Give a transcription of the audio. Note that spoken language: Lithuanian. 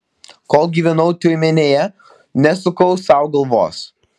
kol gyvenau tiumenėje nesukau sau galvos